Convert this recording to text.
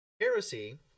heresy